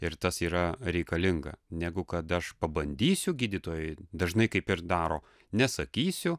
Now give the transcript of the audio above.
ir tas yra reikalinga negu kad aš pabandysiu gydytojai dažnai kaip ir daro nesakysiu